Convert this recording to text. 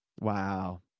Wow